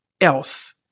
else